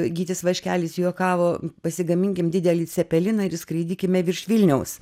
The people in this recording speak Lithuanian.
gytis vaškelis juokavo pasigaminkim didelį cepeliną ir skraidykime virš vilniaus